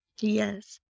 Yes